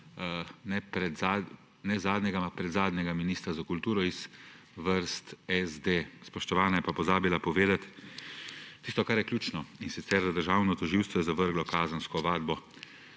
ne zadnjega, ampak predzadnjega ministra za kulturo iz vrst SD. Spoštovana je pa pozabila povedati tisto, kar je ključno, in sicer da je državno tožilstvo zavrglo kazensko ovadbo